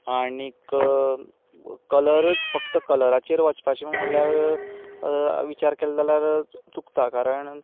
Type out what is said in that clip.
आनी कलरूच फक्त कलराचेर वचपाचें म्हणल्यार विचार केलो जाल्यार चुकता कारण